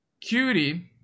Cutie